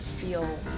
feel